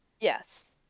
Yes